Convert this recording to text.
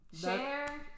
share